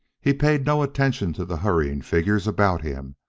he paid no attention to the hurrying figures about him,